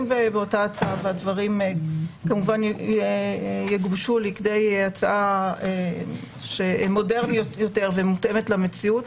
באותה הצעה והדברים כמובן יגובשו לכדי הצעה מודרנית יותר ומותאמת למציאות.